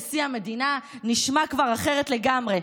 נשיא המדינה נשמע כבר אחרת לגמרי.